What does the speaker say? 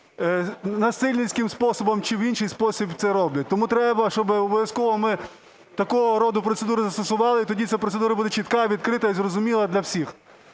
насильницьким способом чи в інший спосіб це роблять. Тому треба, щоб обов'язково ми такого роду процедури застосували, і тоді ця процедура буде чітка, відкрита і зрозуміла для всіх.